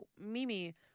mimi